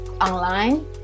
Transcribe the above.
online